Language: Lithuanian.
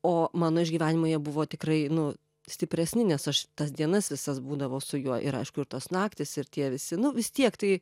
o mano išgyvenimai jie buvo tikrai nu stipresni nes aš tas dienas visas būdavau su juo ir aišku ir tos naktys ir tie visi nu vis tiek tai